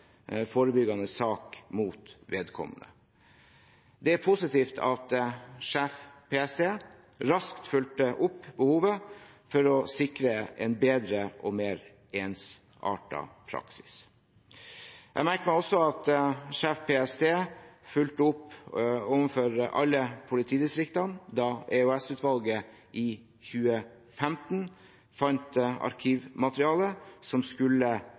forebyggende sak mot vedkommende. Det er positivt at sjef PST raskt fulgte opp behovet for å sikre en bedre og mer ensartet praksis. Jeg merker meg også at sjef PST fulgte opp overfor alle politidistriktene da EOS-utvalget i 2015 fant arkivmateriale som skulle